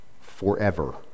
forever